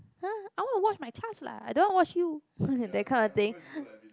!huh! I want to watch my class lah I don't want watch you that kind of thing